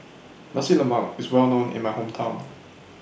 Nasi Lemak IS Well known in My Hometown